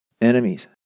enemies